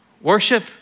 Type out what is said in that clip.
worship